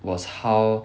was how